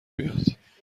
بیاد